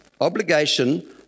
Obligation